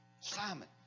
Simon